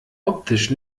optisch